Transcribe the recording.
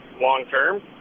long-term